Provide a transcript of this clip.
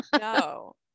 No